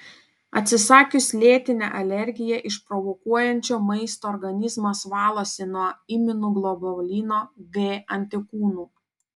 atsisakius lėtinę alergiją išprovokuojančio maisto organizmas valosi nuo imunoglobulino g antikūnų